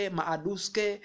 Maaduske